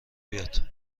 بیاد